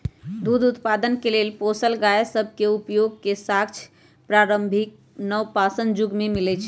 दूध उत्पादन के लेल पोसल गाय सभ के उपयोग के साक्ष्य प्रारंभिक नवपाषाण जुग में मिलइ छै